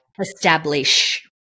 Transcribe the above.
establish